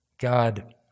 God